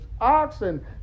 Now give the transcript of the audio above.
oxen